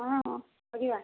ହଁ ହଁ ହ ଯିବା